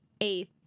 Eighth